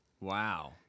Wow